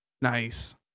Nice